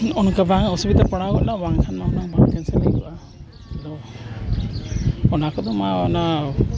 ᱚᱱᱠᱟ ᱵᱟᱝ ᱚᱥᱩᱵᱤᱫᱷᱟ ᱯᱟᱲᱟᱣ ᱜᱚᱫᱚᱜᱼᱟ ᱵᱟᱝᱠᱷᱟᱱ ᱚᱱᱟ ᱵᱟᱝ ᱠᱮᱱᱥᱮᱹᱞ ᱦᱩᱭ ᱠᱚᱜᱼᱟ ᱚᱱᱟ ᱠᱚᱫᱚ ᱢᱟ ᱚᱱᱟ